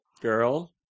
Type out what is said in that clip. Girl